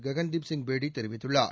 ககன்தீப்சிங் பேடி தெரிவித்துள்ளார்